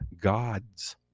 God's